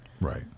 Right